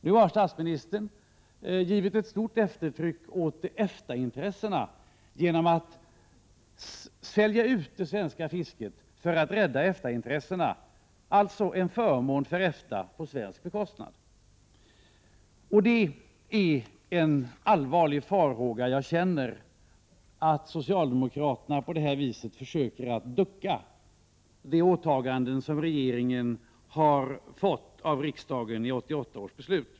Nu har statsministern givit ett stort eftertryck åt EFTA-intressena genom att sälja ut det svenska fisket för att rädda EFTA-intressena, alltså en förmån för EFTA på svensk bekostnad. Jag känner en allvarlig farhåga att socialdemokraterna på det här viset försöker att ducka i de åtaganden som regeringen har fått av riksdagen i 1988 års beslut.